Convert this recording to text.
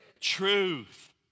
Truth